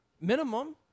minimum